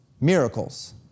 miracles